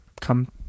come